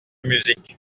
musique